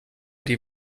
die